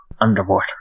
underwater